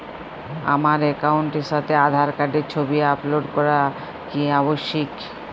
আমার অ্যাকাউন্টের সাথে আধার কার্ডের ছবি আপলোড করা কি আবশ্যিক?